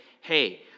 Hey